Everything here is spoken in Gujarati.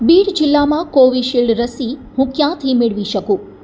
બીડ જિલ્લામાં કોવિશીલ્ડ રસી હું ક્યાંથી મેળવી શકું